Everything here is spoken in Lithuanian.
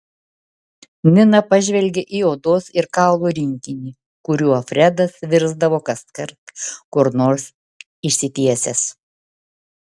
nina pažvelgė į odos ir kaulų rinkinį kuriuo fredas virsdavo kaskart kur nors išsitiesęs